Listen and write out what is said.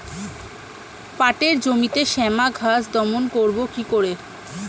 পাটের জমিতে শ্যামা ঘাস দমন করবো কি করে?